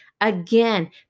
Again